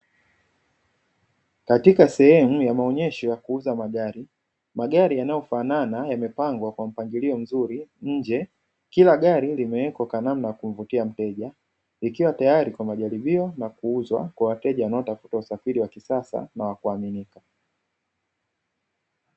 Katika sehemu ya maonyesho ya kuuza magari magari yanayofanana yamepangwa kwa mpangilio mzuri, nje kila gari limewekwa kwa namna ya kumvutia mteja ikiwa tayari kwa majaribio na kuuzwa kwa wateja wanaotafuta usafiri wa kisasa na wa kuaminisha.